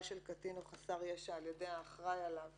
של קטין או חסר ישע על-ידי האחראי עליו